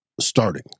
starting